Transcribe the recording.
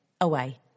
away